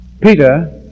Peter